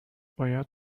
باید